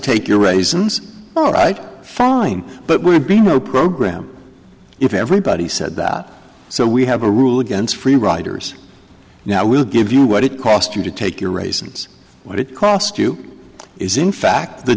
take your raisins alright fine but we'd be more program if everybody said that so we have a rule against free riders now we'll give you what it cost you to take your raisins what it cost you is in fact the